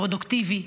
פרודוקטיבי,